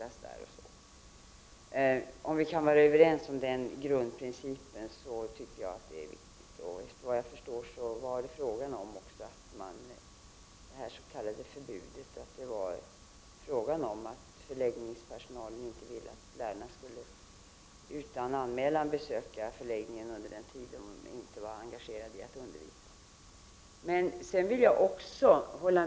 Jag hoppas att vi kan vara överens om den grundprincipen, för den tycker jag är viktig. Enligt vad jag förstår var avsikten med det s.k. förbudet att förläggningspersonalen inte ville att lärarna utan anmälan skulle besöka förläggningen under den tid de inte var engagerade i att undervisa.